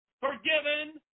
forgiven